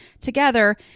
together